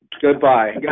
goodbye